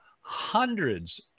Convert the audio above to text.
hundreds